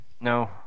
No